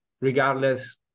regardless